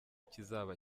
kizaba